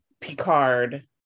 Picard